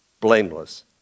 blameless